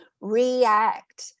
react